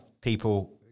people